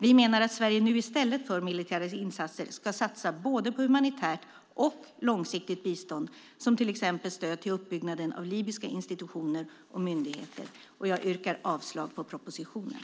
Vi menar att Sverige nu i stället för militära insatser ska satsa på både humanitärt och långsiktigt bistånd, till exempel på stöd till uppbyggnaden av libyska institutioner och myndigheter. Jag yrkar avslag på propositionen.